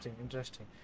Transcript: Interesting